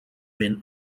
been